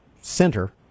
center